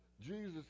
Jesus